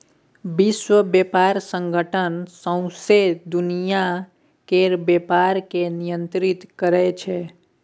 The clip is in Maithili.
विश्व बेपार संगठन सौंसे दुनियाँ केर बेपार केँ नियंत्रित करै छै